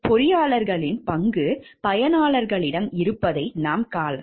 பொறியாளர்களின் பங்கு பயனாளர்களிடம் இருப்பதை நாம் காணலாம்